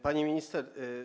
Pani Minister!